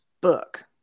book